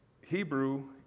Hebrew